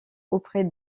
auprès